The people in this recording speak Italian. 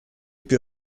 più